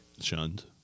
Shunned